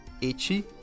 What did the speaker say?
itchy